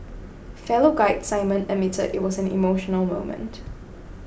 fellow guide Simon admitted it was an emotional moment